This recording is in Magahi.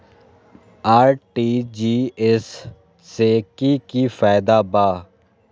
आर.टी.जी.एस से की की फायदा बा?